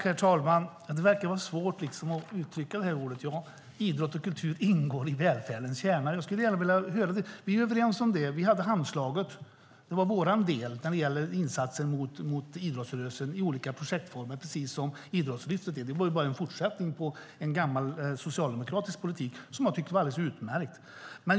Herr talman! Det verkar vara svårt att uttrycka orden: Ja, idrott och kultur ingår i välfärdens kärna. Jag skulle gärna vilja höra det. Vi är överens om det; vi hade Handslaget. Det var vår del när det gäller insatser för idrottsrörelsen i olika projektformer - precis som Idrottslyftet är. Det var ju bara en fortsättning på en gammal socialdemokratisk politik, som jag tyckte var alldeles utmärkt.